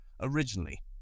originally